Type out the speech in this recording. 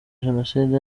jenoside